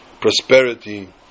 prosperity